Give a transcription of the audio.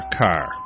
car